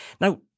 Now